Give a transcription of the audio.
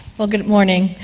well, good morning.